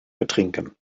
betrinken